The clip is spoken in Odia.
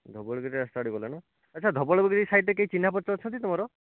ଧବଳଗିରି ରାସ୍ତା ଆଡ଼କୁ ଗଲେ ନା ଆଚ୍ଛା ଧବଳଗିରି ସାଇଡ଼୍ରେ କେହି ଚିହ୍ନା ପରିଚୟ ଅଛନ୍ତି ତୁମର